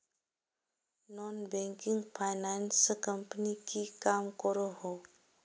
Non banking finance company की काम करोहो?